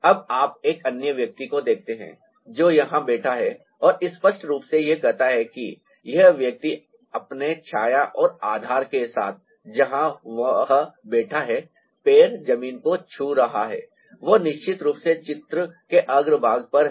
अब आप एक अन्य व्यक्ति को देखते हैं जो यहां बैठा है और स्पष्ट रूप से यह कहता है कि यह व्यक्ति अपने छाया और आधार के साथ जहां वह बैठा है पैर जमीन को छू रहा है वह निश्चित रूप से चित्र के अग्रभाग पर है